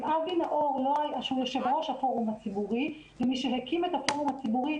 אם אבי נאור שהוא יושב-ראש הפורום הציבורי ומי שהקים את הפורום הציבורי,